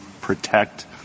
protect